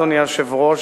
אדוני היושב-ראש,